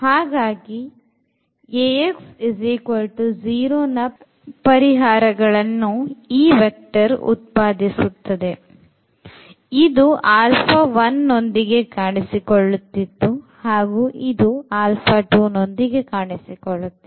ಹಾಗಾಗಿ Ax 0 ನ ಪರಿಹಾರಗಳನ್ನು ಈ ವೆಕ್ಟರ್ ಉತ್ಪಾದಿಸುತ್ತದೆ ಇದು alpha 1 ನೊಂದಿಗೆ ಕಾಣಿಸಿಕೊಳ್ಳುತ್ತಿತ್ತು ಹಾಗೂ ಇದು alpha 2 ನೊಂದಿಗೆ ಕಾಣಿಸಿಕೊಳ್ಳುತ್ತಿತ್ತು